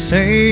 Say